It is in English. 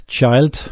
Child